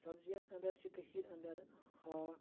سبزِیَن انٛدر چھِ کٔشیٖر انٛدر ہاکھ